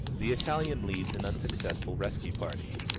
the italian leads an unsuccessful rescue party.